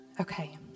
Okay